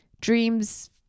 dreams